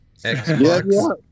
Xbox